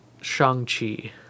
Shang-Chi